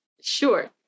Sure